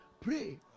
pray